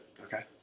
okay